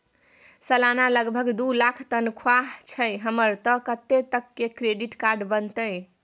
सलाना लगभग दू लाख तनख्वाह छै हमर त कत्ते तक के क्रेडिट कार्ड बनतै?